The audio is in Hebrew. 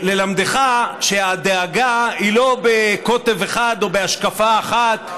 ללמדך שהדאגה היא לא בקוטב אחד או בהשקפה אחת.